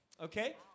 Okay